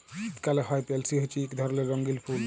শীতকালে হ্যয় পেলসি হছে ইক ধরলের রঙ্গিল ফুল